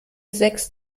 sechs